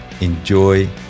enjoy